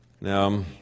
Now